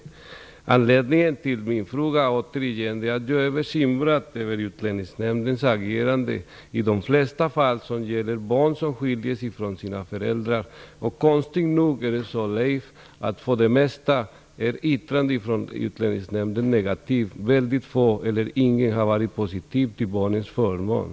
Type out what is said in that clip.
Jag vill återigen säga att anledningen till min fråga är att jag är bekymrad över Utlänningsnämndens agerande i de flesta fall som gäller barns skiljande från sina föräldrar. Konstigt nog är det så, Leif Blomberg, att yttrandena från Utlänningsnämnden för det mesta är negativa. Mycket få eller inga har varit till barnens fördel.